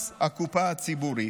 מס הקופה הציבורית.